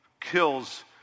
kills